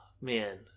man